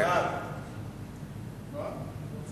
נעשה